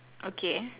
okay